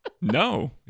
No